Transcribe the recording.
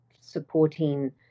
supporting